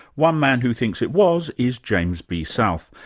one man who thinks it was is james b. south.